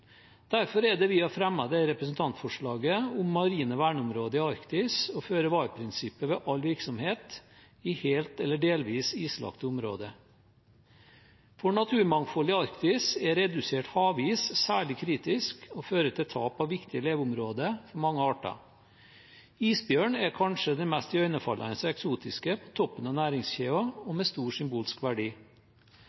Derfor har vi fremmet representantforslaget om marine verneområder i Arktis og føre-var-prinsippet ved all virksomhet i helt eller delvis islagte områder. For naturmangfoldet i Arktis er redusert havis særlig kritisk og fører til tap av viktige leveområder for mange arter. Isbjørn er kanskje det mest iøynefallende og eksotiske på toppen av næringskjeden og